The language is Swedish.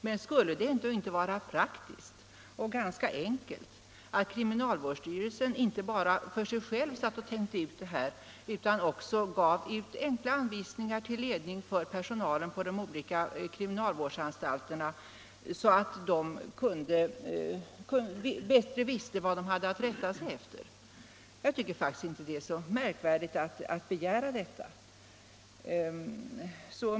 Men skulle det ändå inte vara praktiskt och ganska enkelt om kriminalvårdsstyrelsen inte bara satt och tänkte ut detta för sig själv utan också gav ut enkla anvisningar till ledning för personalen på de olika kriminalvårdsanstalterna, så att den bättre visste vad den hade att rätta sig efter? Jag tycker faktiskt inte att det är så märkvärdigt att begära det.